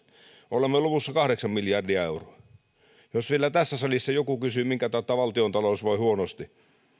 olemme luvussa kahdeksan miljardia euroa jos tässä salissa joku vielä kysyy minkä tautta valtiontalous voi huonosti niin